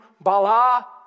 bala